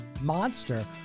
monster